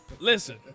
Listen